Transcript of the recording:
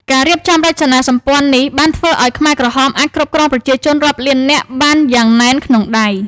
ការរៀបចំរចនាសម្ព័ន្ធនេះបានធ្វើឱ្យខ្មែរក្រហមអាចគ្រប់គ្រងប្រជាជនរាប់លាននាក់បានយ៉ាងណែនក្នុងដៃ។